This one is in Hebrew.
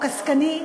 עסקני,